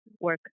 work